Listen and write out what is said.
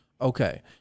Okay